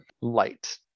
light